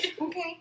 Okay